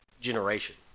generation